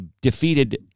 defeated